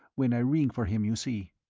when i ring for him, you see.